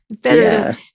better